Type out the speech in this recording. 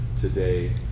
today